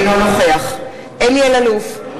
אינו נוכח אלי אלאלוף,